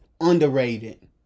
underrated